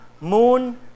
moon